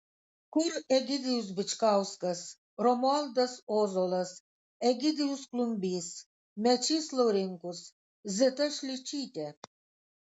kur egidijus bičkauskas romualdas ozolas egidijus klumbys mečys laurinkus zita šličytė